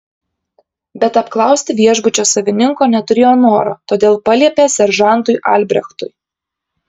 bet apklausti viešbučio savininko neturėjo noro todėl paliepė seržantui albrechtui